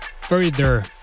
further